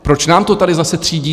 Proč nám to tady zase třídíte?